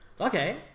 Okay